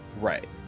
Right